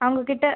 அவங்கக்கிட்ட